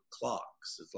clocks